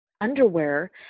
underwear